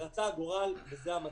רצה הגורל וזה המצב.